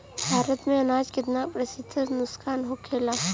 भारत में अनाज कितना प्रतिशत नुकसान होखेला?